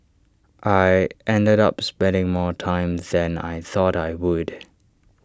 I ended up spending more time than I thought I would